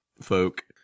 folk